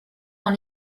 dans